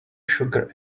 sugar